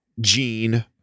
gene